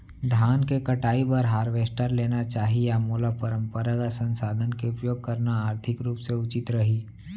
धान के कटाई बर हारवेस्टर लेना चाही या मोला परम्परागत संसाधन के उपयोग करना आर्थिक रूप से उचित रही?